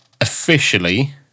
officially